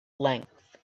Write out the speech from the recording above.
length